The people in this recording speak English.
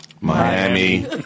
Miami